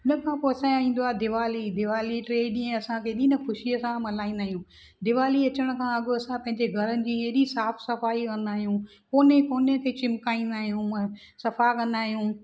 हुनखां पोइ असांजो ईंदो आहे दिवाली दिवाली टे ॾींहं असां केॾी न ख़ुशीअ मल्हाईंदा आहियूं दिवाली अचण खां अॻु असां पंहिंजे घरनि जी एॾी साफ़ु सफ़ाई कंदा आहियूं कोने कोने ते चिमकाईंदा आहियूं सफ़ा कंदा आहियूं